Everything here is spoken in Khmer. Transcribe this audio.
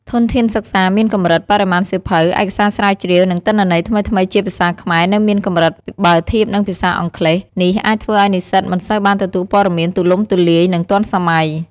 ធនធានសិក្សាមានកម្រិត បរិមាណសៀវភៅ ឯកសារស្រាវជ្រាវ និងទិន្នន័យថ្មីៗជាភាសាខ្មែរនៅមានកម្រិតបើធៀបនឹងភាសាអង់គ្លេស។ នេះអាចធ្វើឱ្យនិស្សិតមិនសូវបានទទួលព័ត៌មានទូលំទូលាយ និងទាន់សម័យ។